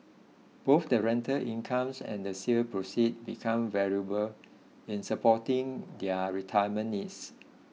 both the rental income and the sale proceeds become valuable in supporting their retirement needs